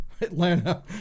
Atlanta